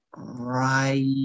Right